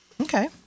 Okay